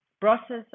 process